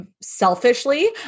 selfishly